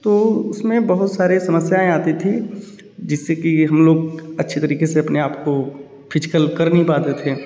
तो उसमें बहुत सारे समस्याएँ आती थीं जिससे कि हम लोग अच्छे तरीके से अपने आप को फिजकल कर नहीं पाते थे